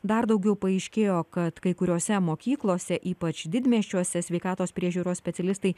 dar daugiau paaiškėjo kad kai kuriose mokyklose ypač didmiesčiuose sveikatos priežiūros specialistai